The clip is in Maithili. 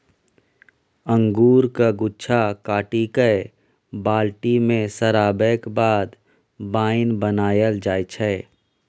अंगुरक गुच्छा काटि कए बाल्टी मे सराबैक बाद बाइन बनाएल जाइ छै